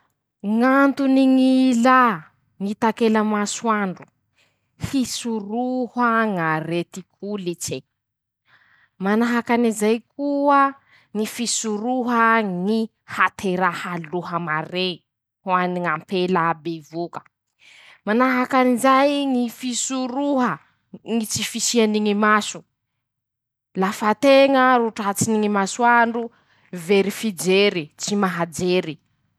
Ñ'antony ñ'ilà ñy takela masoandro: -Hisoroha ñ'arety holitse. -Manahakan'izay koa ñy fisoroha ñy hateraha aloha maré ho any ñ'ampela bevoka. -Manahakan'izay ñy fisoroha ñy tsy fisiany ñy maso, lafa teña ro tratsiny ñy masoandro, very fijery, tsy mahajery.